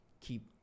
keep